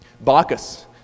Bacchus